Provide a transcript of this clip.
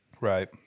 Right